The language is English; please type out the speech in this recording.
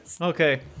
okay